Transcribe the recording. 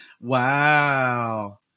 Wow